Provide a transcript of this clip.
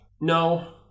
No